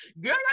Girl